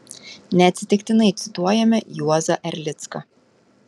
neatsitiktinai cituojame juozą erlicką